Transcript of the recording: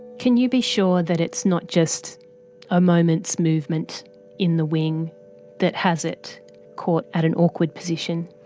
can you be sure that it's not just a moment's movement in the wing that has it caught at an awkward position?